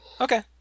Okay